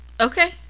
okay